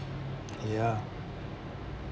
ya